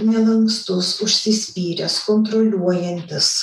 nelankstus užsispyręs kontroliuojantis